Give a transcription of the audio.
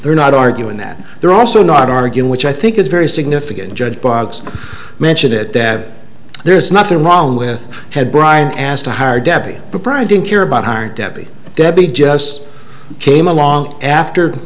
they're not arguing that they're also not arguing which i think is very significant judge biogs mentioned it that there's nothing wrong with had bryant asked to hire deputy prime didn't care about hiring debbie debbie just came along after